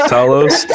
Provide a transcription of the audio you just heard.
Talos